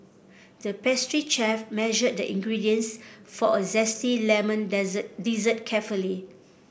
the pastry chef measured the ingredients for a zesty lemon dessert carefully